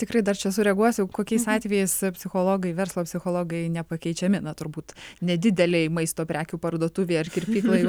tikrai dar čia sureaguosiu kokiais atvejais psichologai verslo psichologai nepakeičiami na turbūt nedidelėj maisto prekių parduotuvėj ar kirpykloj